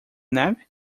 neve